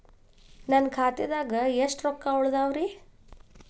ನನ್ನ ಖಾತೆದಾಗ ಎಷ್ಟ ರೊಕ್ಕಾ ಉಳದಾವ್ರಿ?